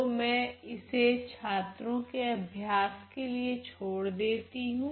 तो मैं इसे छात्रो के अभ्यास के लिए छोड़ देती हूँ